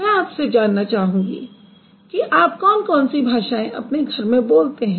मैं आपसे जानना चाहूँगी कि आप कौन कौन सी भाषाएँ अपने घर में बोलते हैं